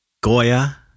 Goya